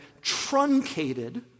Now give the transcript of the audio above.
truncated